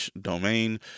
Domain